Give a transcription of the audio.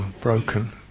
broken